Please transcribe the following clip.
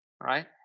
right